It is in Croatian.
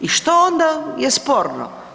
I što onda je sporno?